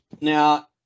Now